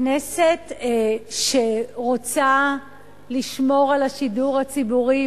כנסת שרוצה לשמור על השידור הציבורי,